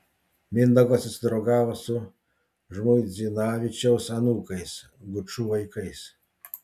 mindaugas susidraugavo su žmuidzinavičiaus anūkais gučų vaikais